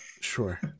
Sure